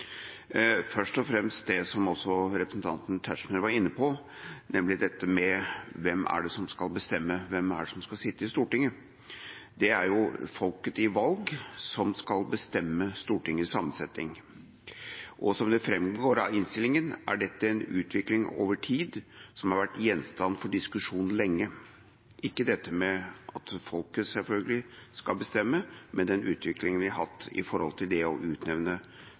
først og fremst det som også representanten Tetzschner var inne på: Hvem er det som skal bestemme hvem det er som skal sitte i Stortinget? Det er jo folket i valg som skal bestemme Stortingets sammensetning. Som det framgår av innstillingen, er dette en utvikling over tid som har vært gjenstand for diskusjon lenge – ikke at folket, selvfølgelig, skal bestemme, men den utviklingen vi har hatt opp mot å utnevne representanter til